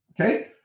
okay